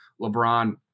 LeBron